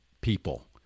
people